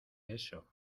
eso